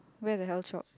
where the health shop